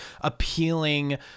appealing